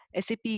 SAP